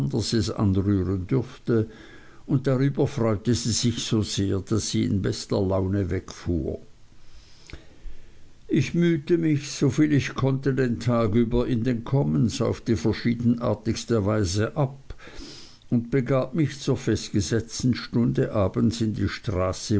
anders es anrühren dürfte und darüber freute sie sich so sehr daß sie in bester laune wegfuhr ich mühte mich soviel ich konnte den tag über in den commons auf die verschiedenartigste weise ab und begab mich zur festgesetzten stunde abends in die straße